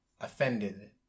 offended